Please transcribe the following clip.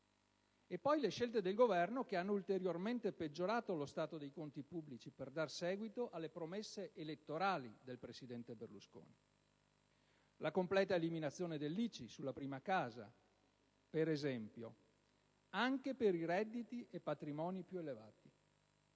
poi le scelte del Governo che hanno ulteriormente peggiorato lo stato dei conti pubblici per dar seguito alle promesse elettorali del presidente Berlusconi: la completa eliminazione dell'ICI sulla prima casa per esempio, anche per i redditi e i patrimoni più elevati;